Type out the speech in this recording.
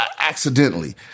accidentally